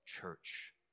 church